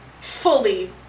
fully